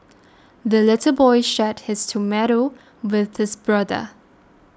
the little boy shared his tomato with his brother